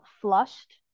flushed